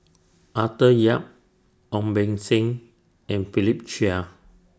Arthur Yap Ong Beng Seng and Philip Chia